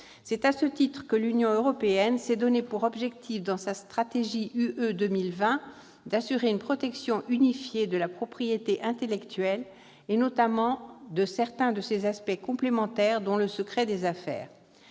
C'est à ce titre que l'Union européenne s'est donné comme objectif, dans sa stratégie UE 2020, d'assurer une protection unifiée de la propriété intellectuelle, notamment de certains de ses aspects complémentaires, dont le secret des affaires.